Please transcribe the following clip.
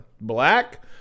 black